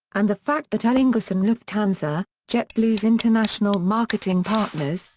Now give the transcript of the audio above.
and the fact that aer lingus and lufthansa, jetblue's international marketing partners,